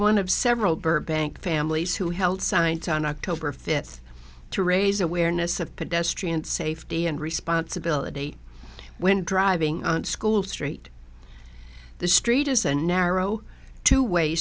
one of several burbank families who held signs on october fifth to raise awareness of pedestrian safety and responsibility when driving on school street the street is a narrow two way